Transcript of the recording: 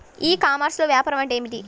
ఈ కామర్స్లో వ్యాపారం అంటే ఏమిటి?